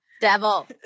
Devil